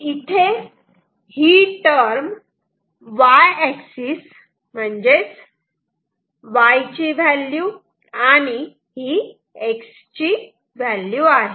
इथे ही term Y axis म्हणजेच y व्हॅल्यू आणि ही X व्हॅल्यू आहे